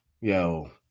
Yo